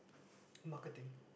marketing